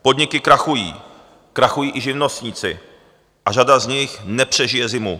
Podniky krachují, krachují i živnostníci a řada z nich nepřežije zimu.